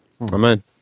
Amen